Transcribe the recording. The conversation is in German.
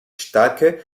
starke